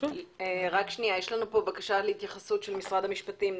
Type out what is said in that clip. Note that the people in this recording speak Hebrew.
בקשה להתייחסות של משרד המשפטים.